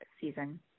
season